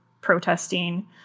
protesting